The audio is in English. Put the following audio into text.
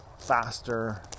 faster